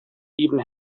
even